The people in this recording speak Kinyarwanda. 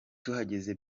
tuhageze